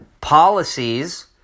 policies